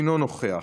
אינו נוכח,